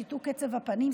שיתוק של עצב הפנים,